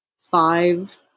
five